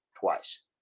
twice